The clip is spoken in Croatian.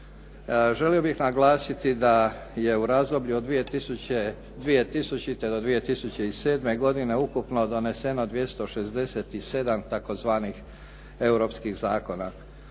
Želio bih naglasiti da je u razdoblju od 2000. do 2007. godine ukupno doneseno 267 tzv. europskih zakona.